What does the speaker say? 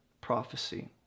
prophecy